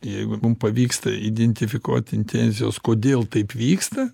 jeigu mum pavyksta identifikuoti intencijas kodėl taip vyksta